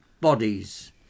bodies